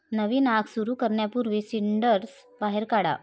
नवीन आग सुरू करण्यापूर्वी सिंडर्स बाहेर काढा